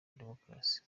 demokarasi